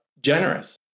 Generous